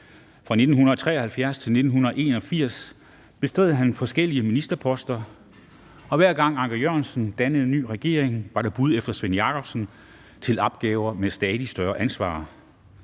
Fra 1973 til 1981 bestred han forskellige ministerposter, og hver gang Anker Jørgensen dannede en ny regering, var der bud efter Svend Jakobsen til opgaver med stadig større ansvar.